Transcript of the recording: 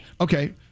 Okay